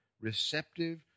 receptive